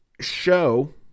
show